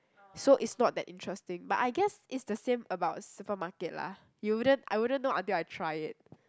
so it's not that interesting but I guess it's the same about supermarket lah you wouldn't I wouldn't know until I try it